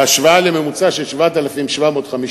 בהשוואה לממוצע של 7,750,